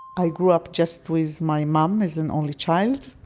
i grew up just with my mom as an only child.